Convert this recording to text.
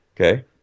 okay